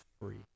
free